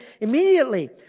immediately